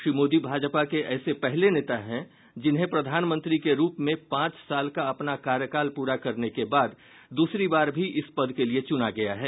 श्री मोदी भाजपा के ऐसे पहले नेता है जिन्हें प्रधानमंत्री के रूप में पांच साल का अपना कार्यकाल पूरा करने के बाद दूसरी बार भी इस पद के लिए चुना गया है